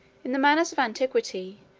in the manners of antiquity,